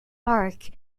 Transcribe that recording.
park